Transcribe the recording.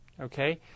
okay